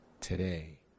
today